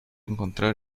encontrar